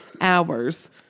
hours